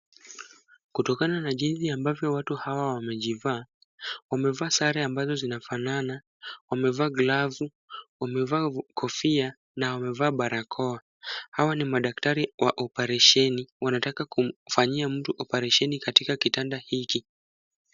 Kutokana na jinsi ambavyo watu hawa wamejivaa, wamevaa sare ambazo zinafanana, wamevaa glavu, wamevaa kofia na wamevaa barakoa, Hawa ni madaktari wa oparesheni, wanataka kumfanyia mtu oparesheni katika kitanda hiki.